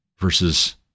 versus